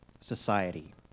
society